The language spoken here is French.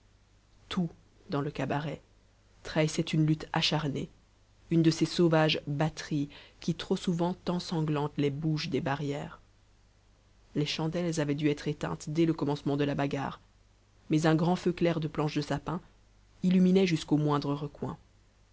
tout dans le cabaret trahissait une lutte acharnée une de ces sauvages batteries qui trop souvent ensanglantent les bouges des barrières les chandelles avaient dû être éteintes dès le commencement de la bagarre mais un grand feu clair de planches de sapin illuminait jusqu'aux moindres recoins